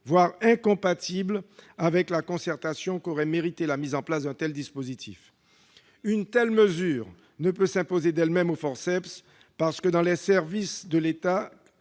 voire incompatibles avec la concertation qu'aurait méritée la mise en place d'un tel dispositif. Une telle mesure ne peut s'imposer d'elle-même au forceps, parce que les services de l'État